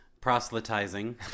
proselytizing